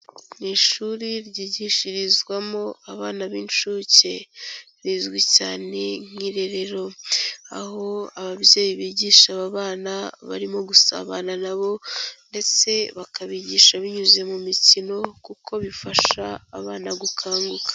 Mu ishuri ryigishirizwamo abana b'incuke, rizwi cyane nk'irerero, aho ababyeyi bigisha aba bana barimo gusabana nabo, ndetse bakabigisha binyuze mu mikino, kuko bifasha abana gukanguka.